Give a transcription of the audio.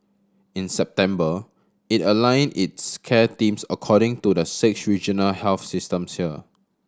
in September it aligned its care teams according to the six regional health systems here